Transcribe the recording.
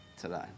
today